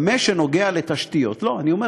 במה שנוגע לתשתיות, זה לא אותו שר.